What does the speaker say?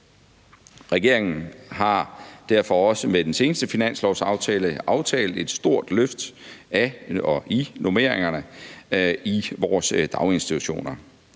Regeringen har derfor også med den seneste finanslovsaftale aftalt et stort løft af normeringerne i vores daginstitutioner.